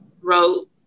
wrote